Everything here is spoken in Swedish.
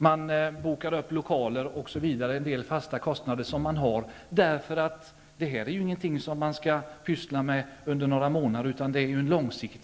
Man bokar upp lokaler osv. och har därmed en del fasta kostnader. Det här är inget som man skall hålla på med under några månader utan verksamheten är långsiktig.